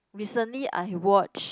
recently I watch